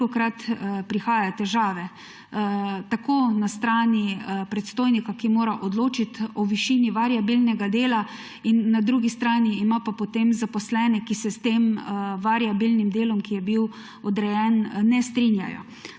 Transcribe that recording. velikokrat prihaja do težav tako na strani predstojnika, ki mora odločiti o višini variabilnega dela, na drugi strani ima pa potem zaposlene, ki se s tem variabilnim delom, ki je bil odrejen, ne strinjajo.